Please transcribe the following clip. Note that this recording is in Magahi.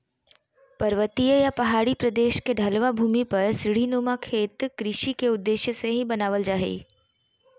पर्वतीय या पहाड़ी प्रदेश के ढलवां भूमि पर सीढ़ी नुमा खेत कृषि के उद्देश्य से बनावल जा हल